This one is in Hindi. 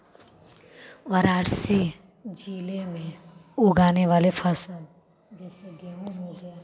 वाराणसी जिले में उगाने वाले फ़सल जैसे गेहूँ हो गया